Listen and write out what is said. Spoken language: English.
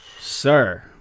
Sir